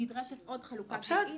נדרשת עוד חלוקה גילאית.